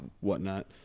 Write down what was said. whatnot